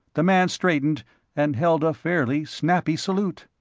the man straightened and held a fairly snappy salute.